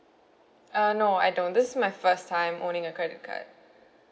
uh no I don't this is my first time owning a credit card